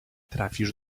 trafisz